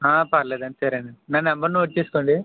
పర్లేదండి సరేనండి నా నెంబరు నోట్ చేసుకోండి